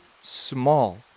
small